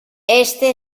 este